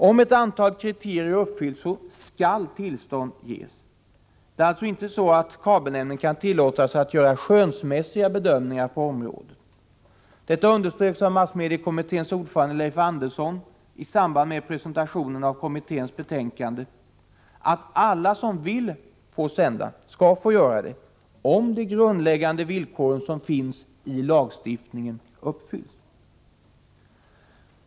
Om ett antal kriterier uppfylls skall tillstånd ges. Det är alltså icke så att kabelnämnden kan tillåta sig att göra skönsmässiga bedömningar på området. Det underströks av massmediekommitténs ordförande Leif Andersson i samband med presentationen av kommitténs betänkande, att alla som vill få sända skall få göra det om de grundläggande villkoren som finns i lagstiftningen uppfylls.